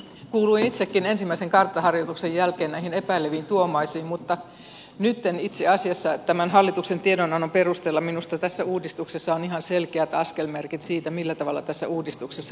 kuuluin itsekin ensimmäisen karttaharjoituksen jälkeen näihin epäileviin tuomaisiin mutta nyt itse asiassa tämän hallituksen tiedonannon perusteella minusta tässä uudistuksessa on ihan selkeät askelmerkit siitä millä tavalla tässä uudistuksessa edetään